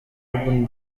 urban